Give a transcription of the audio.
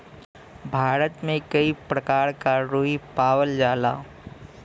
भारत में कई परकार क रुई पावल जाला